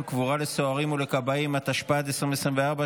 התמחות ומבחני הסמכה)